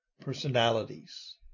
personalities